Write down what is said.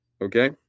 Okay